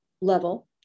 level